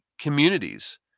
communities